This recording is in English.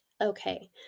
Okay